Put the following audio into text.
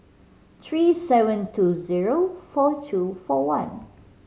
three seven two zero four two four one